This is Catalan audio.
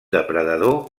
depredador